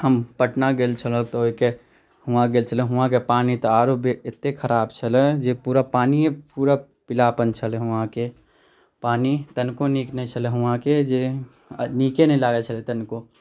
हम पटना गेल छलहुँ तऽ ओहिके वहाँ गेल छलहुँ तऽ वहाँके पानि तऽ आरो एते खराब छलै जे पूरा पानिये पूरा पीलापन छलै वहाँके पानि तनिको नीक नहि छलै वहाँके जे नीके नहि लागैत छलै तनिको